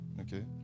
okay